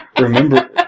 Remember